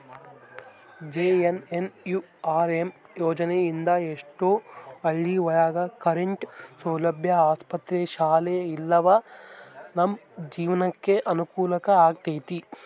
JNNURM ಯೋಜನೆ ಇಂದ ಎಷ್ಟೋ ಹಳ್ಳಿ ಒಳಗ ಕರೆಂಟ್ ಸೌಲಭ್ಯ ಆಸ್ಪತ್ರೆ ಶಾಲೆ ಇವೆಲ್ಲ ನಮ್ ಜೀವ್ನಕೆ ಅನುಕೂಲ ಆಗೈತಿ